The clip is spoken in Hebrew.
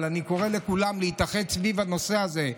אבל אני קורא לכולם להתאחד סביב הנושא הזה.